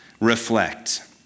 Reflect